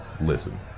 listen